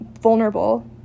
vulnerable